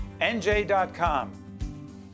NJ.com